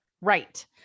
Right